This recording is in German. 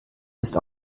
ist